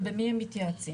ובמי הם מתייעצים.